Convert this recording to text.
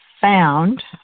found